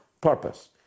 purpose